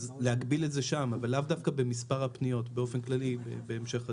להגביל את זה שם אבל לאו דווקא במספר הפניות באופן כללי בהמשך הדרך.